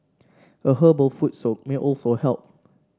a herbal foot soak may also help